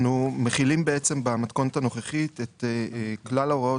אנחנו מחילים במתכונת הנוכחית את כלל ההוראות